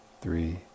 three